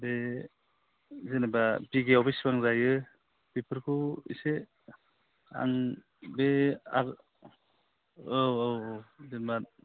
बे जेनेबा बिगायाव बेसेबां जायो बेफोरखौ एसे आं बे औ औ औ जेनेबा